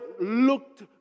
looked